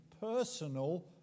personal